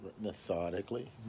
methodically